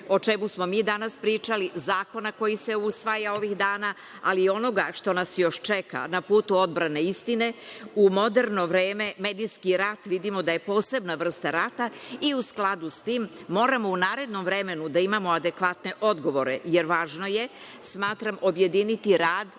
o čemu smo mi danas pričali, zakona koji se usvaja ovih dana, ali i onoga što nas još čeka na putu odbrane istine. U moderno vreme medijski rat vidimo da je posebna vrsta rata i u skladu sa tim moramo u narednom vremenu da imamo adekvatne odgovore. Važno je, smatram objediniti rad